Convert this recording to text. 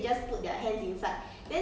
orh